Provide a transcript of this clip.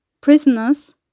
prisoners